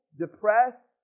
depressed